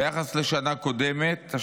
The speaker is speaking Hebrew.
ביחס לשנה קודמת,